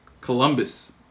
Columbus